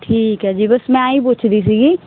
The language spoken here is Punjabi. ਠੀਕ ਹੈ ਜੀ ਬਸ ਮੈਂ ਆਹੀ ਪੁੱਛਦੀ ਸੀਗੀ